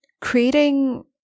creating